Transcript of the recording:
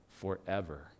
forever